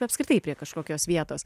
apskritai prie kažkokios vietos